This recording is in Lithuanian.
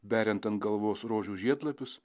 beriant ant galvos rožių žiedlapius